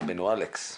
רבנו אלכס.